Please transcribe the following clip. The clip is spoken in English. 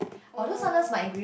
oh no